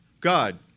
God